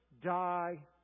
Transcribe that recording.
die